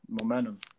Momentum